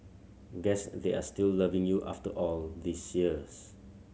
guess they are still loving you after all these years